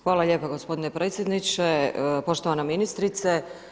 Hvala lijepo gospodine predsjedniče, poštovana ministrice.